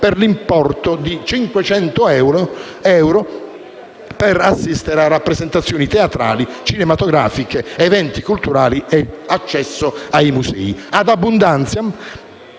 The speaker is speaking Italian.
con l'importo di 500 euro per assistere a rappresentazioni teatrali e cinematografiche, a eventi culturali e per l'accesso ai musei.